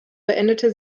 beendete